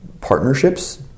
partnerships